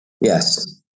Yes